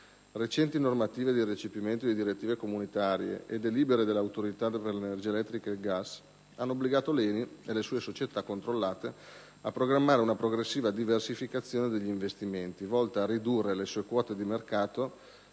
Recenti normative di recepimento di direttive comunitarie e delibere dell'Autorità per l'energia elettrica e il gas hanno obbligato l'ENI e le sue società controllate a programmare una progressiva diversificazione degli investimenti, volta a ridurre le sue quote nel mercato